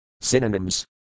Synonyms